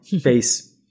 face